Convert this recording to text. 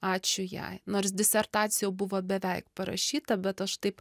ačiū jai nors disertacija buvo beveik parašyta bet aš taip